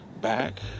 back